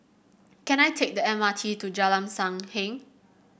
can I take the M R T to Jalan Sam Heng